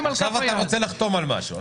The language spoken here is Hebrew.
על כף היד ועכשיו אתה רוצה לחתום על משהו.